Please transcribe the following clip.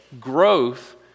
growth